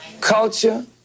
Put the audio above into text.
culture